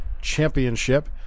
Championship